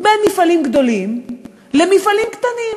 בין מפעלים גדולים למפעלים קטנים,